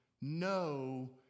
no